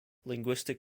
linguistic